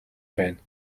байна